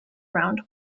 round